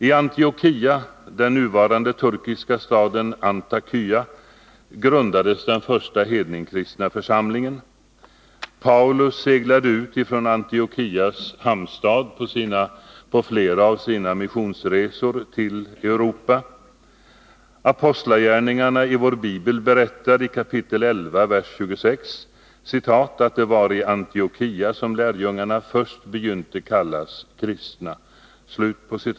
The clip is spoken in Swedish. I Antiokia, den nuvarande turkiska staden Antakya, grundades den första hednakristna församlingen. Paulus seglade ut ifrån Antiokias hamnstad på flera av sina missionsresor till Europa. Apostlagärningarna i vår bibel berättar i kap. 11, vers 26: ”Och det var i Antiokia som lärjungarna först begynte kallas "kristna" ”.